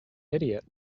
idiot